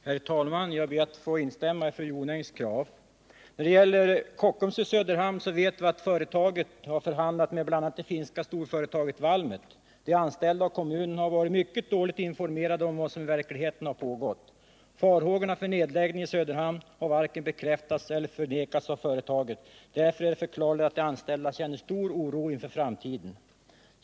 Herr talman! Jag ber att få instämma i Gunnel Jonängs krav. När det gäller Kockums i Söderhamn vet vi att företaget har förhandlat med bl.a. det finska storföretaget Valmet. De anställda och kommunen har varit mycket dåligt informerade om vad som i verkligheten har pågått. Farhågorna för nedläggning i Söderhamn har varken bekräftats eller förnekats av företaget, därför är det förklarligt att de anställda känner stor oro inför framtiden.